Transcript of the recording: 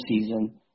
season